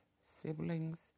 siblings